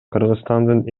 кыргызстандын